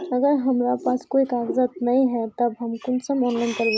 अगर हमरा पास कोई कागजात नय है तब हम कुंसम ऑनलाइन करबे?